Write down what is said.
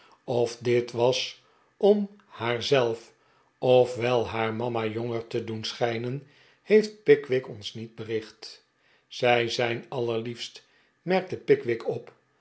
of dit was om haarzelf of wel haar mama jonger te doen schijnen heeft pickwick ons niet bericht zij zijn allerliefst merkte pickwick op